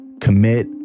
commit